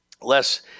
less